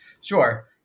Sure